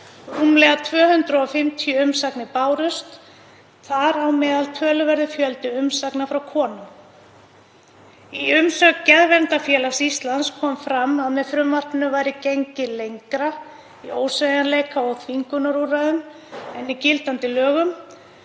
Rúmlega 250 umsagnir bárust, þar á meðal töluverður fjöldi umsagna frá konum. Í umsögn Geðverndarfélags Íslands kom fram að með frumvarpinu væri gengið lengra í ósveigjanleika og þvingunarúrræðum en í gildandi lögum,